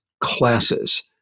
classes